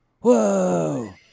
Whoa